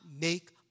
make